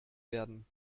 werden